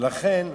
ולכן,